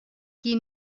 qui